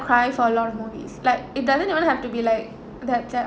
cry for a lot of movies like it doesn't even have to be like that sad